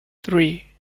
three